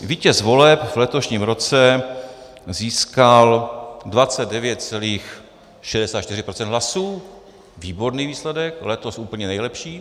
Vítěz voleb v letošním roce získal 29,64 % hlasů, výborný výsledek, letos úplně nejlepší.